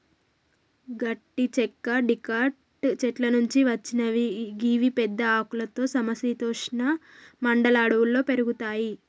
గట్టి చెక్క డికాట్ చెట్ల నుంచి వచ్చినవి గివి పెద్ద ఆకులతో సమ శీతోష్ణ ఉష్ణ మండల అడవుల్లో పెరుగుతయి